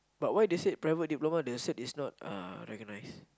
but why they said private diploma the cert is not uh recognised